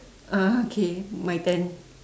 uh K my turn